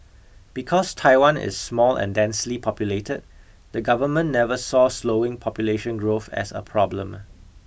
because Taiwan is small and densely populated the government never saw slowing population growth as a problem